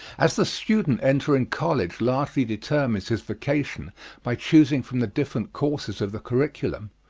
as the student entering college largely determines his vocation by choosing from the different courses of the curriculum,